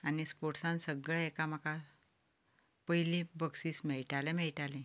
आनी स्पोर्टसांत सगळें एकामेकांक पयलें बक्षीस मेळटालेंच मेळटालें